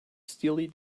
steely